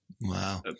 wow